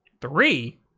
Three